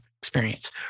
experience